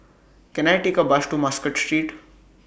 Can I Take A Bus to Muscat Street